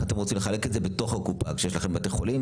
איך אתן רוצות לחלק את זה בתוך הקופה כשיש לכם בתי חולים,